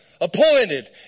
appointed